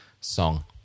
song